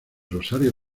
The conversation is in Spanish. rosario